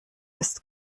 ist